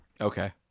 Okay